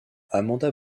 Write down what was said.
amanda